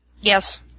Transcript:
Yes